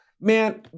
Man